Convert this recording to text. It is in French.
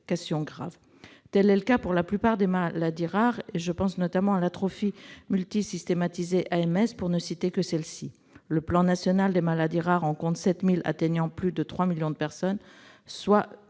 complications graves. Tel est le cas de la plupart des maladies rares- je pense notamment à l'atrophie multisystématisée, l'AMS, pour ne citer que celle-ci. Le plan national Maladies rares en compte 7 000, avec plus de 3 millions de personnes